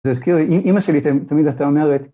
אז כאילו אימא שלי תמיד הייתה אומרת